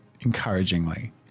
encouragingly